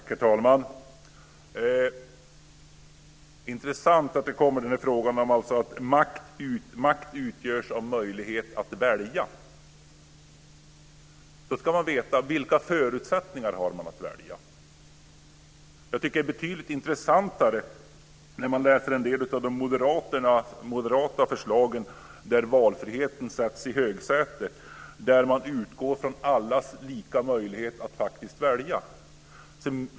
Herr talman! Det är intressant med frågan om att makt utgörs av möjligheten att välja. Då ska man veta vilka förutsättningar man har att välja. Det är betydligt intressantare att läsa de moderata förslagen där valfriheten sätts i högsätet och man utgår från allas lika möjlighet att faktiskt välja.